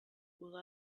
will